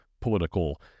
political